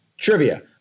Trivia